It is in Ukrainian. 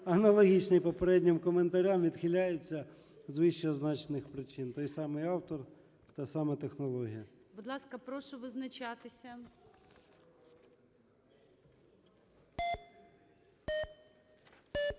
аналогічний попереднім коментарям. Відхиляється з вище означених причин: той самий автор, та сама технологія. ГОЛОВУЮЧИЙ. Будь ласка, прошу визначатися.